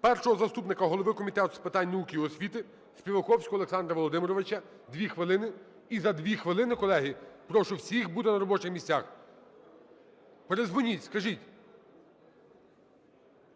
першого заступника голови Комітету з питань науки і освіти Співаковського Олександра Володимировича, 2 хвилини. І за 2 хвилини, колеги, прошу всіх бути на робочих місцях. Передзвоніть, скажіть.